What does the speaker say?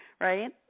right